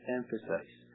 emphasize